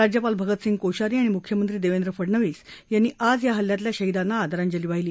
राज्यपाल भगतसिंग कोश्यारी आणि मुख्यमंत्री देवेंद्र फडनवीस यांनी आज या हल्ल्यातल्या शहीदांना आदरांजली वाहिली